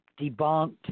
debunked